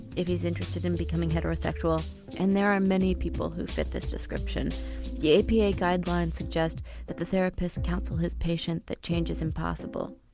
if he's interested in becoming heterosexual and there are many people who fit this description the yeah apa guidelines suggest that the therapist counsel his patient that change is impossible,